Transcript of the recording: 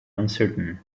uncertain